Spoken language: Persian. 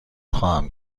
خواهم